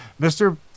Mr